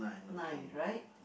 nine right